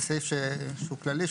זה סעיף שהוא כללי,